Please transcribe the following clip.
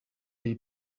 jay